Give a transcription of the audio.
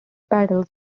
petals